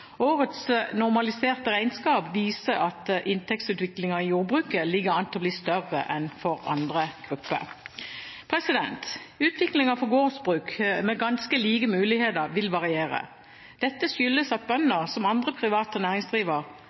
Årets normaliserte regnskap viser at inntektsutviklingen i jordbruket ligger an til å bli større enn for andre grupper. Utviklingen for gårdsbruk med ganske like muligheter vil variere. Dette skyldes at bønder, som andre private